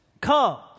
come